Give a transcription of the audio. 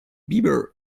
bieber